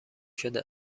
شده